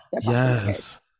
yes